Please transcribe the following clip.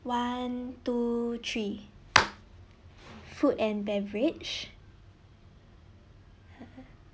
one two three food and beverage